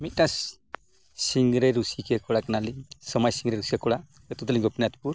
ᱢᱤᱫᱴᱟᱱ ᱥᱤᱝᱨᱟᱹᱭ ᱨᱩᱥᱤᱠᱟ ᱠᱚᱲᱟ ᱠᱟᱱᱟᱞᱤᱧ ᱥᱚᱢᱟᱡᱽ ᱥᱤᱝᱨᱟᱹᱭ ᱨᱩᱥᱤᱠᱟ ᱠᱚᱲᱟ ᱟᱹᱛᱩ ᱛᱟᱹᱞᱤᱧ ᱜᱳᱯᱤᱱᱟᱛᱷᱯᱩᱨ